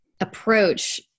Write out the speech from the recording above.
approach